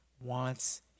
wants